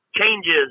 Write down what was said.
changes